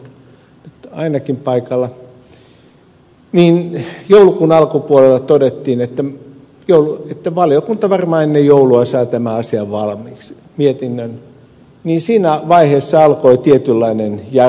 kuusisto paikalla joulukuun alkupuolella todettiin että valiokunta varmaan ennen joulua saa tämän mietinnön valmiiksi niin siinä vaiheessa alkoi tietynlainen jarrutus